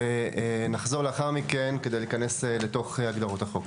ונחזור לאחר מכן כדי להיכנס לתוך הגדרות החוק.